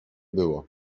było